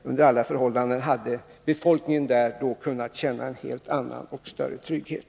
Under alla förhållanden hade befolkningen där nu kunnat känna en större trygghet.